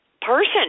person